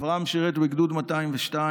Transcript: אברהם שירת בגדוד 202